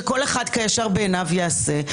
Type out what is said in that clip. שכל אחד הישר בעיניו יעשה.